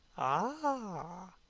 ah!